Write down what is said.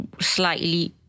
slightly